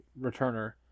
returner